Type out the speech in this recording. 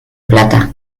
plata